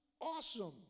awesome